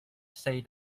say